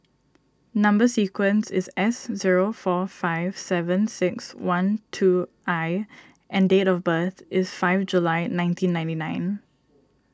Number Sequence is S zero four five seven six one two I and date of birth is five July nineteen ninety nine